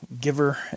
giver